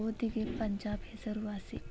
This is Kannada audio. ಗೋಧಿಗೆ ಪಂಜಾಬ್ ಹೆಸರು ವಾಸಿ